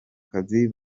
kazi